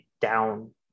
down